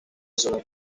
zły